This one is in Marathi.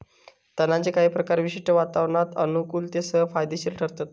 तणांचे काही प्रकार विशिष्ट वातावरणात अनुकुलतेसह फायदेशिर ठरतत